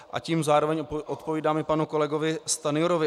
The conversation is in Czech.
A tím zároveň odpovídám panu kolegovi Stanjurovi.